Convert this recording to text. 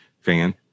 fan